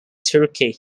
turkey